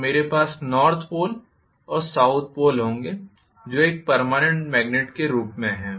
तो मेरे पास नॉर्थ पोल और साउथ पोल होंगे जो एक पर्मानेंट मेग्नेट के रूप में हैं